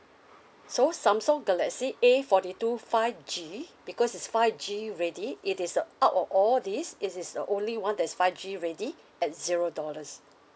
so samsung galaxy A forty two five G because it's five G ready it is uh out of all these it is the only one that's five G ready at zero dollars